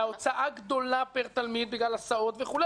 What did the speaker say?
וההוצאה גדולה פר תלמיד בגלל הסעות וכו',